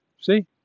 see